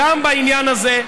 גם בעניין הזה,